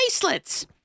bracelets